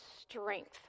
strength